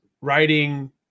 writing